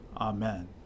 Amen